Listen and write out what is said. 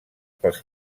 pels